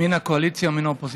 מן הקואליציה ומן האופוזיציה,